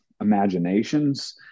imaginations